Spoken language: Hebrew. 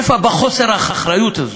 מאיפה חוסר האחריות הזה?